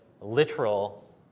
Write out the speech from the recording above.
literal